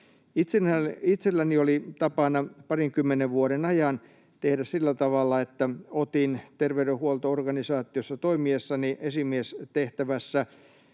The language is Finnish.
Itselläni oli tapana parinkymmenen vuoden ajan tehdä sillä tavalla, että toimiessani esimiestehtävässä